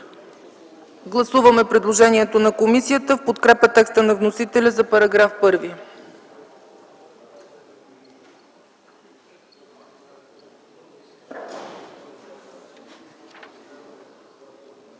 гласуваме предложението на комисията в подкрепа текста на вносителя за §1.